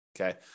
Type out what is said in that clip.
Okay